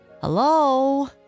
Hello